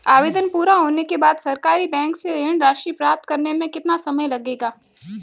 आवेदन पूरा होने के बाद सरकारी बैंक से ऋण राशि प्राप्त करने में कितना समय लगेगा?